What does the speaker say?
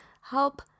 help